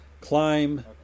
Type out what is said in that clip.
climb